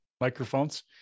microphones